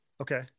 Okay